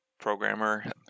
programmer